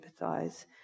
empathize